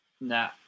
Nah